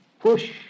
push